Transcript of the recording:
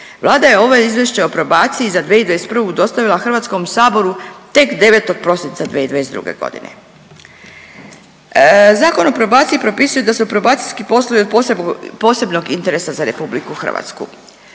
Vlada je ovo Izvješće o probaciji za 2021. dostavila Hrvatskom saboru tek 9. prosinca 2022. godine. Zakon o probaciji propisuje da su probacijski poslovi od posebnog interesa za RH. Probacijaska